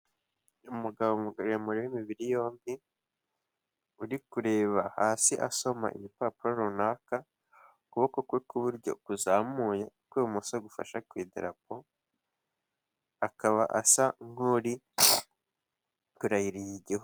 Umugabo muremure w'imibiri yombi uri kureba hasi asoma igipapuro runaka, ukuboko kwe kw'iburyo kuzamuye, ukw'ibumoso gufasha kwidarapo akaba asa nk'uri turarahiriye Igihugu.